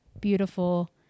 beautiful